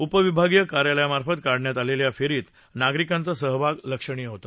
उपविभागीय कार्यालयापर्यंत काढण्यात आलेल्या या फेरीत नागरिकांचा सहभाग लक्षणीय होता